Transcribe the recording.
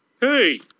hey